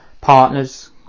partners